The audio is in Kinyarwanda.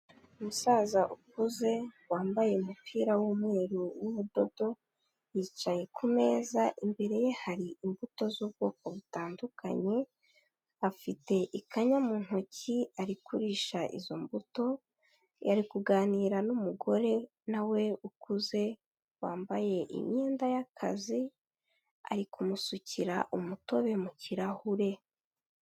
Umusaza ukuze wambaye umupira w'umweru w'ubudodo, yicaye ku meza, imbere ye hari imbuto z'ubwoko butandukanye, afite ikanya mu ntoki ari kurisha izo mbuto, ari kuganira n'umugore na we ukuze, wambaye imyenda y'akazi ari kumusukira umutobe mu kirahure.